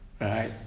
Right